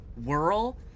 whirl